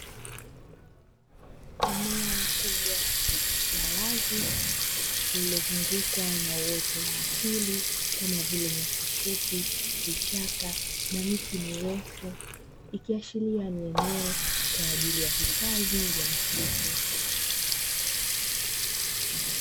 Eneo kubwa la wazi lilizungukwa na uoto wa asili kama vile; nyasi fupi, vichaka na miti mirefu ikiashiria ni eneo kwa ajili ya hifadhi ya msitu.